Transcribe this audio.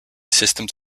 systems